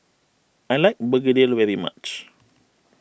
I like Begedil very much